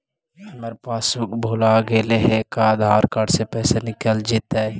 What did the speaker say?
हमर पासबुक भुला गेले हे का आधार कार्ड से पैसा निकल जितै?